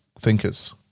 thinkers